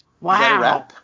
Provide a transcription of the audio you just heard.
Wow